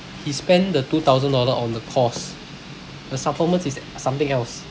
he spend the two thousand dollar on the course the supplements is something else